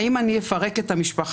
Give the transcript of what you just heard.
האם אני אפרק את המשפחה?